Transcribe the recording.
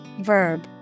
verb